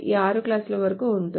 6 క్లాజుల వరకు ఉంటుంది